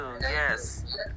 Yes